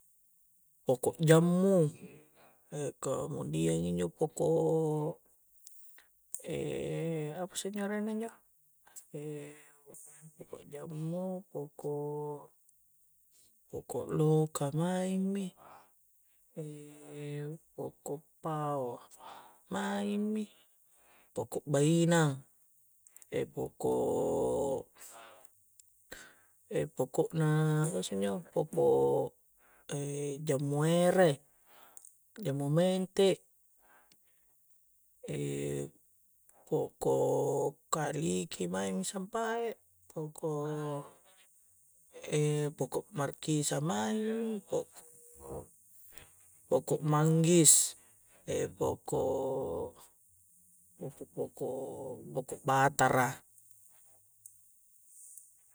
Poko' jammu kemuadiang injo poko' apasse injo arenna injo maing poko'jammu poko'-poko' loka maing mi poko' pao maingmi poko' bainang poko' poko' na apasse injo poko' poko' jammu ere jammu mente poko' kaliki maingmi sampae poko' poko' markisa maingmi poko' poko' manggis poko'-poko' poko' batara